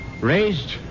raised